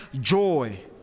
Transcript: joy